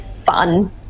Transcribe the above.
Fun